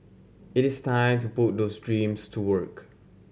it is time to put those dreams to work